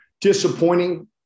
disappointing